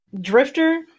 Drifter